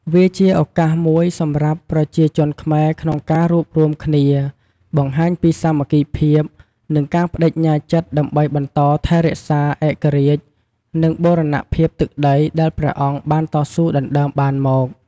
វាជាឱកាសមួយសម្រាប់ប្រជាជនខ្មែរក្នុងការរួបរួមគ្នា បង្ហាញពីសាមគ្គីភាព និងការប្ដេជ្ញាចិត្តដើម្បីបន្តថែរក្សាឯករាជ្យ និងបូរណភាពទឹកដីដែលព្រះអង្គបានតស៊ូដណ្ដើមបានមក។